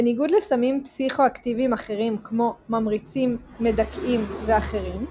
בניגוד לסמים פסיכואקטיביים אחרים כמו ממריצים מדכאים ואחרים,